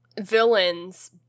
villains